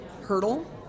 hurdle